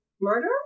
Murder